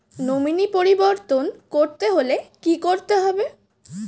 Nominee পরিবর্তন করতে হলে কী করতে হবে?